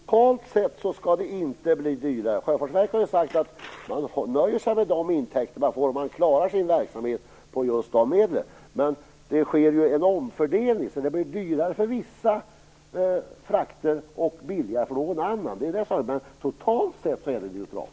Fru talman! Totalt sett skall det inte bli dyrare. Sjöfartsverket har ju sagt att man nöjer sig med de intäkter man får och klarar sin verksamhet med dessa medel. Det sker dock en omfördelning, som gör det dyrare för vissa frakter och billigare för andra. Totalt sett är det ingen skillnad.